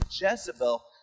Jezebel